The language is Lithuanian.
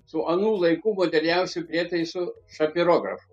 su anų laikų moderniausių prietaisų šapirografu